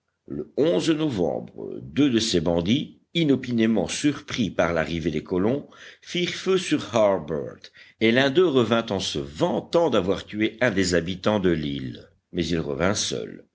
le novembre deux de ces bandits inopinément surpris par l'arrivée des colons firent feu sur harbert et l'un d'eux revint en se vantant d'avoir tué un des habitants de l'île mais il revint seul